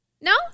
No